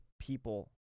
people